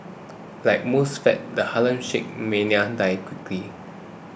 like most fads the Harlem Shake mania died quickly